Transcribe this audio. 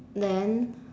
then